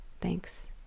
thanks